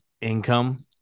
income